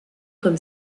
comme